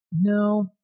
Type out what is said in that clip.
No